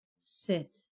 sit